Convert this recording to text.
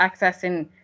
accessing